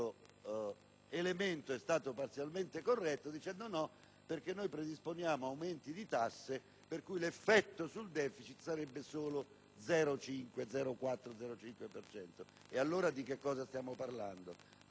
elemento è stato parzialmente corretto dicendo che si predispongono aumenti di tasse per cui l'effetto sul *deficit* sarebbe solo 0,4-0,5 per cento. Allora di cosa stiamo parlando?